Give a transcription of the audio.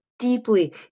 deeply